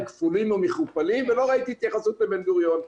כפולים ומכופלים ולא ראיתי התייחסות לבן גוריון,